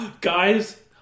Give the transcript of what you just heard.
guys